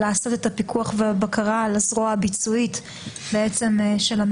לעשות את הפיקוח והבקרה על הזרוע הביצועית של הממשלה.